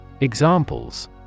Examples